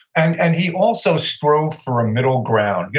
and and he also strove for a middle ground. yeah